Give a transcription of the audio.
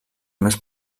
més